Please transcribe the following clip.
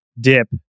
Dip